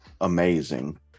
amazing